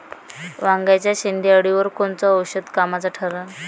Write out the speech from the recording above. वांग्याच्या शेंडेअळीवर कोनचं औषध कामाचं ठरन?